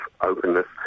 openness